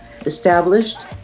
established